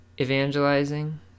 evangelizing